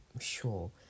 sure